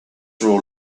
rule